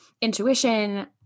intuition